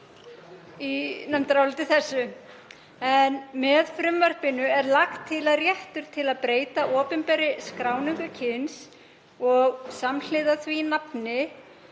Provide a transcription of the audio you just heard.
í nefndaráliti þessu. Með frumvarpinu er lagt til að réttur til að breyta opinberri skráningu kyns, og samhliða nafni,